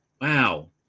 Wow